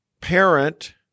parent